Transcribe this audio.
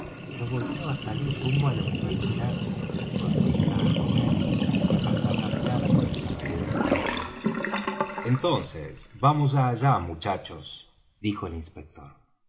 pero volvió á salir rumbo á la universidad en donde iba á comer y á pasar la velada con el caballero trelawney entonces vamos allá muchachos dijo el inspector